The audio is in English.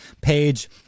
page